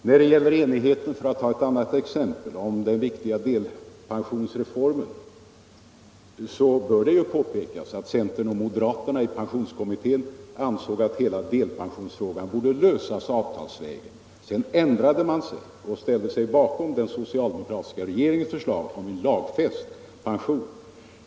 När det, för att ta ett annat exempel, gäller den s.k. enigheten om den viktiga delpensionsreformen bör det påpekas att centern och moderaterna i pensionskommittén ansåg att hela delpensionsfrågan borde lösas avtalsvägen. Sedan ändrade man sig och ställde sig bakom den socialdemokratiska regeringens förslag om en lagfäst pension.